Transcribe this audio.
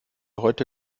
heute